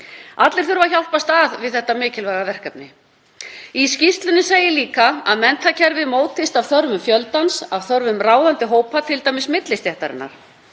Allir þurfa að hjálpast að við þetta mikilvæga verkefni. Í skýrslunni segir líka að menntakerfið mótist af þörfum fjöldans, af þörfum ráðandi hópa, t.d. millistéttarinnar.